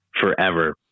forever